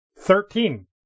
Thirteen